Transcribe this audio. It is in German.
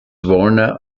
waller